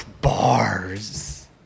Bars